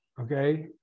okay